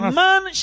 man